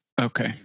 Okay